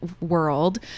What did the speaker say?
world